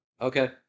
Okay